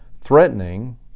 threatening